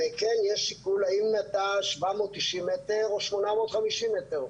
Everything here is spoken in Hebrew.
וכן, יש שיקול האם אתה 790 מטר או 850 מטר.